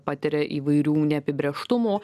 patiria įvairių neapibrėžtumų